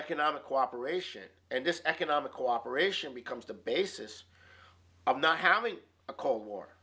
economic cooperation and this economic cooperation becomes the basis of not having a cold war